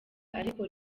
ariko